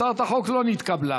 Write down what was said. הצעת החוק לא נתקבלה.